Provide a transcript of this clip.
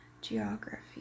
geography